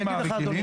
מטפלת.